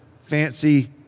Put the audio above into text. fancy